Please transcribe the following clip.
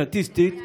סטטיסטית,